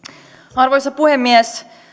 arvoisa puhemies